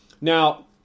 Now